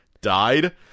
died